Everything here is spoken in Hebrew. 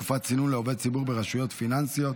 תקופת צינון לעובד ציבור ברשויות פיננסיות),